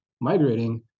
migrating